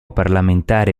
parlamentare